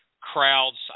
crowds